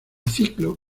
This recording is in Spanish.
ciclo